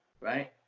right